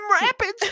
rapids